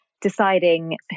deciding